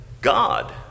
God